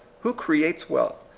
who creates wealth?